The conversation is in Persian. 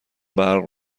برق